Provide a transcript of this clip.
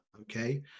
okay